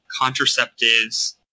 contraceptives